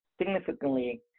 significantly